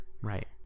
right